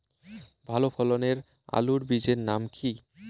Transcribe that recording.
ভালো ফলনের আলুর বীজের নাম কি?